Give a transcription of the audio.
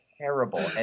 Terrible